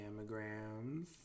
mammograms